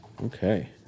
Okay